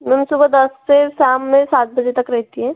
ma'am सुबह दस से शाम में सात बजे तक रहती है